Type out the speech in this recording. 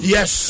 Yes